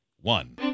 one